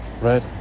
Right